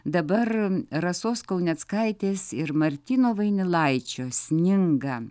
dabar rasos kauneckaitės ir martyno vainilaičio sninga